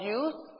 use